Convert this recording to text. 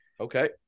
Okay